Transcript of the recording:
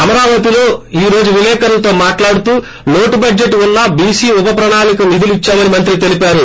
అమరావతిలో ఈ రోజు విలేకరులతో మాట్లాడుతూ టు బడ్జెట్ ఉన్నా బీసీ ఉప ప్రణాలికకు నిధులిచ్చామని మంత్రి తెలిపారు